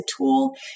tool